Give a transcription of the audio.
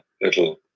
little